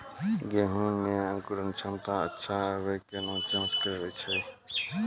गेहूँ मे अंकुरन क्षमता अच्छा आबे केना जाँच करैय छै?